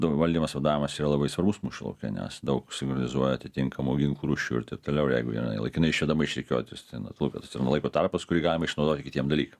valdymas vadoavimas čia yra labai svarbus mūšio lauke nes daug sumbolizuoja atitinkamų ginklų ir taip toliau jeigu jinai laikinai išvedama iš rikiuotės tai natūr kad atsirana laiko tarpas kurį galima išnaudoti kitiem dalykam